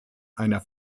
einer